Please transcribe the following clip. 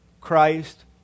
Christ